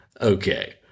Okay